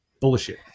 bullshit